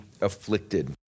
afflicted